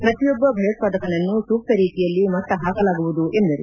ಪ್ರತಿಯೊಬ್ಬ ಭಯೋತ್ವಾದಕನನ್ನು ಸೂಕ್ತ ರೀತಿಯಲ್ಲಿ ಮಟ್ಟ ಹಾಕಲಾಗುವುದು ಎಂದರು